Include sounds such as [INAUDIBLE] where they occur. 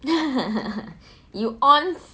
[LAUGHS] you ons